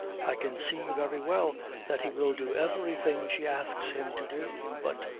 i can see very well that he will do everything she asks him to do but,